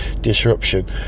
disruption